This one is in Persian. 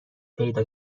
پیدا